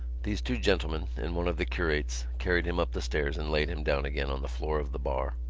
these two gentlemen and one of the curates carried him up the stairs and laid him down again on the floor of the bar.